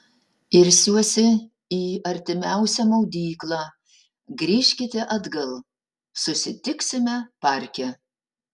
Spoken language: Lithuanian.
irsiuosi į artimiausią maudyklą grįžkite atgal susitiksime parke